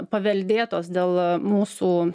paveldėtos dėl mūsų